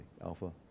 Alpha